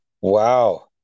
wow